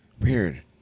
weird